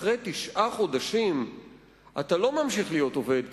שאחרי תשעה חודשים אתה לא ממשיך להיות עובד קבלן,